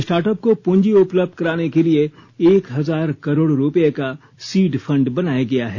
startup को पूंजी उपलब्ध कराने के लिए एक हजार करोड़ रूपये का सीड फंड बनाया गया है